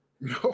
no